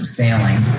failing